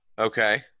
Okay